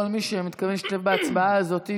כל מי שמתכוון להשתתף בהצבעה הזאת,